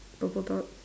purple top